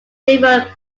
differ